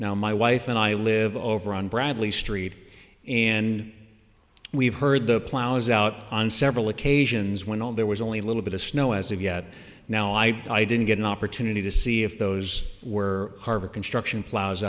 now my wife and i live over on bradley street and we've heard the plows out on several occasions when all there was only a little bit of snow as of yet now i didn't get an opportunity to see if those were harvard construction plow